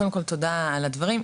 קודם כל תודה על הדברים,